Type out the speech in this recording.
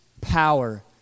power